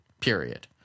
period